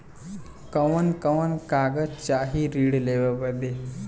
कवन कवन कागज चाही ऋण लेवे बदे?